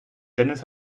dennis